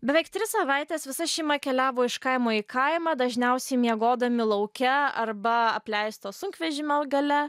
beveik tris savaites visa šeima keliavo iš kaimo į kaimą dažniausiai miegodami lauke arba apleisto sunkvežimio gale